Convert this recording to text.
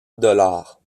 dollars